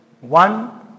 one